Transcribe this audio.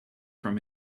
from